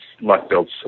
Luck-Build's